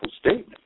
statement